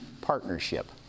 partnership